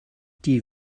die